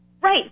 Right